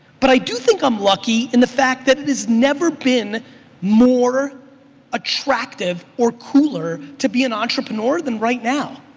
but i do think i'm lucky in the fact that it is never been more attractive or cooler to be an entrepreneur than right now.